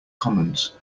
commons